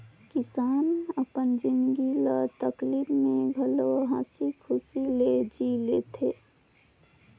किसान अपन जिनगी ल तकलीप में घलो हंसी खुशी ले जि ले थें